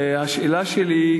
השאלה שלי,